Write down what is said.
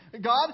God